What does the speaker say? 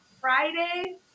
Friday